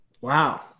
Wow